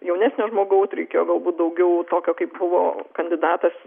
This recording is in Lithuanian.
jaunesnio žmogaus reikėjo galbūt daugiau tokio kaip buvo kandidatas